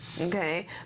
okay